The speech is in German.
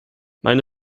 meine